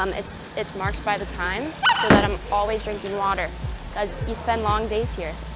um it's it's marked by the times so that i'm always drinking water cause you spend long days here.